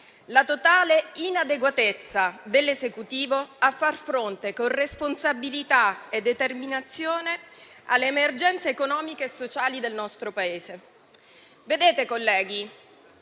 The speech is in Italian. la totale inadeguatezza dell'Esecutivo a far fronte, con responsabilità e determinazione, alle emergenze economiche e sociali del nostro Paese. Colleghi,